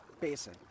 basin